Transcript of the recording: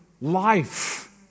life